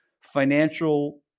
financial